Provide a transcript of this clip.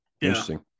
interesting